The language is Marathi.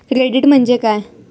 क्रेडिट म्हणजे काय?